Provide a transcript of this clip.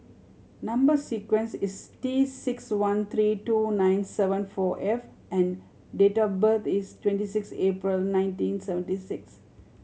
number sequence is T six one three two nine seven four F and date of birth is twenty six April nineteen seventy six